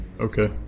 Okay